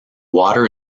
water